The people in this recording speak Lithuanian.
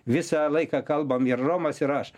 visą laiką kalbam ir romas ir aš